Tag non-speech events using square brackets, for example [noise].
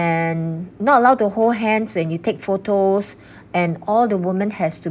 and not allowed to hold hands when you take photos [breath] and all the woman has to